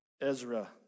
Ezra